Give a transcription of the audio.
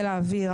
חיל האוויר,